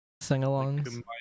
Sing-alongs